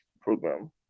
program